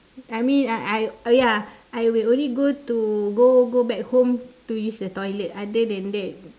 I mean I I oh ya I will only go to go go back home to use the toilet other then that